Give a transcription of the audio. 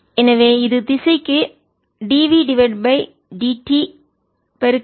எனவே இது திசைக்கு d v d t z gap ஆகும்